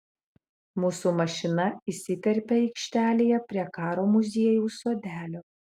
mūsų mašina įsiterpia aikštelėje prie karo muziejaus sodelio